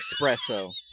espresso